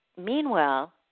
meanwhile